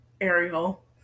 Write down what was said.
Ariel